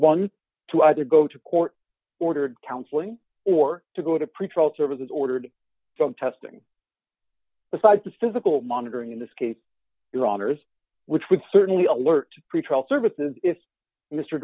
one to either go to court ordered counseling or to go to pretrial services ordered from testing besides the physical monitoring in this case your honour's which would certainly alert pretrial services if mr